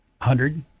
hundred